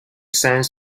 sense